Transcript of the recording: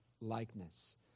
likeness